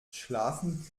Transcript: schlafen